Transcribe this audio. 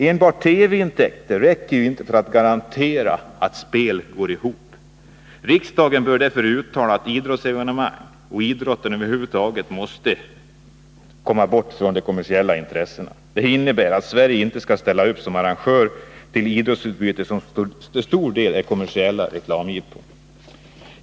Enbart TV-intäkter räcker inte för att garantera att sådana evenemang går ihop. Riksdagen bör därför även uttala att idrottsarrangemangen och idrotten över huvud taget måste bort från de kommersiella intressena. Detta innebär att Sverige inte skall ställa upp som arrangör av sådant idrottsutbyte som till stor del är kommersiella reklamjippon.